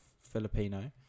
Filipino